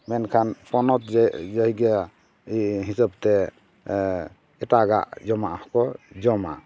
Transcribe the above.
ᱢᱮᱱᱠᱷᱟᱱ ᱯᱚᱱᱚᱛ ᱡᱮ ᱡᱟᱭᱜᱟ ᱦᱤᱥᱟᱹᱵ ᱛᱮ ᱮᱴᱟᱜᱟ ᱡᱚᱢᱟᱠ ᱦᱚᱸ ᱠᱚ ᱡᱚᱢᱟ